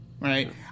right